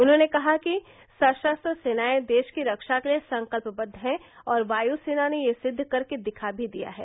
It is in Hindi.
उन्होंने कहा कि सशस्त्र सेनाएं देश की रक्षा के लिए संकल्पदद हैं और वायुसेना ने यह सिद्व करके दिखा भी दिया है